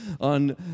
on